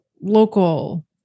local